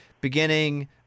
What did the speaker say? beginning